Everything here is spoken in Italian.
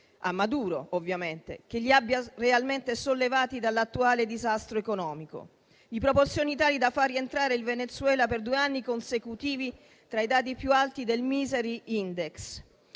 (a Maduro ovviamente), che li abbia realmente sollevati dall'attuale disastro economico, di proporzioni tali da far rientrare il Venezuela per due anni consecutivi tra i dati più alti del *misery index*.